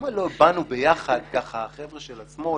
למה לא באנו ביחד, החבר'ה של השמאל,